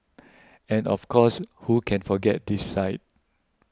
and of course who can forget this sight